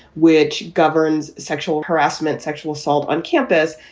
which governs sexual harassment, sexual assault on campus.